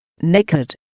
Naked